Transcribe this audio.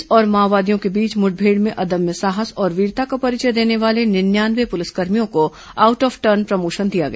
police और माओवादियों के बीच मुठभेड़ में अदम्य साहस और वीरता का परिचय देने वाले निन्यानवे पुलिसकर्मियों को आउट ऑफ टर्न प्रमोशन दिया गया